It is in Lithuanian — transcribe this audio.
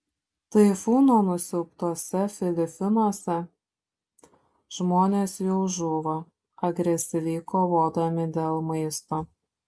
taifūno nusiaubtuose filipinuose žmonės jau žūva agresyviai kovodami dėl maisto